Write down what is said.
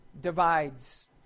divides